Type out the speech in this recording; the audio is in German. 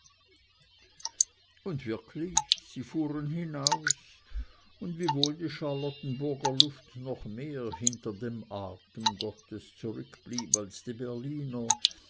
und wirklich sie fuhren hinaus und wiewohl die charlottenburger luft noch mehr hinter dem atem gottes zurückblieb als die berliner